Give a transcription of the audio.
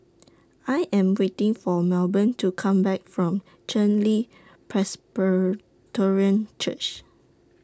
I Am waiting For Melbourne to Come Back from Chen Li Presbyterian Church